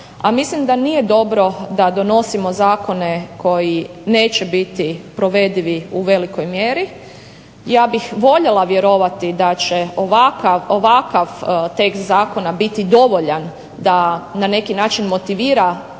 a mislim da nije dobro da donosimo zakone koji neće biti provedivi u velikoj mjeri. Ja bih voljela vjerovati da će ovakav tekst zakona biti dovoljan da na neki način motivira